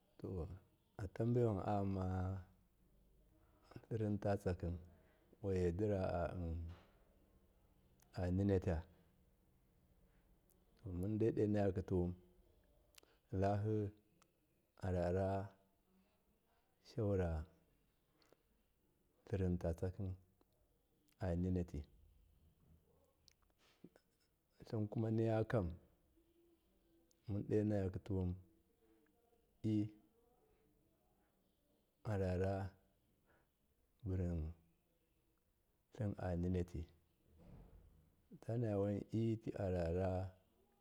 To atambewan ayama tlirinta tsakim waiyara a ninata mundai donayaktuwun lahi arara saura tlirinta tsakim animati tlimkuma niyakam mundona yatuwun i araraburintlin anina ti munatanaya i arara.